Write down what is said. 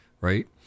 right